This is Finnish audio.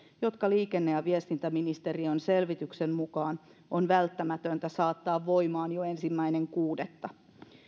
jotka liikenne ja viestintäministeriön selvityksen mukaan on välttämätöntä saattaa voimaan jo ensimmäinen kuudetta